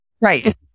Right